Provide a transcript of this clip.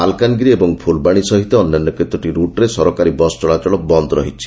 ମାଲକାନଗିରି ଓ ଫୁଲବାଣୀ ସହିତ ଅନ୍ୟାନ୍ୟ କେତୋଟି ରୁଟ୍ରେ ସରକାରୀ ବସ୍ ଚଳାଚଳ ବନ୍ଦ ରହିଛି